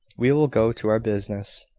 we will go to our business.